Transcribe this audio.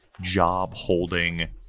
job-holding